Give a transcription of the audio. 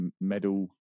medal